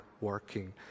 working